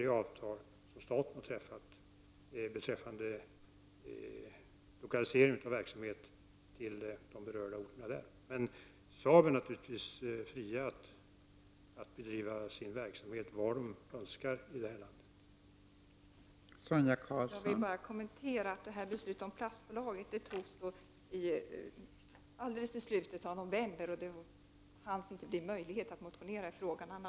Det fanns inte någon möjlighet tidsmässigt att motionera i frågan. Om så inte hade varit fallet kan jag lova att jag skulle ha motionerat i ärendet.